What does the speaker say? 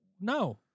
No